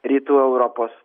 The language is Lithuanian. rytų europos